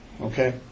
Okay